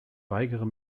weigere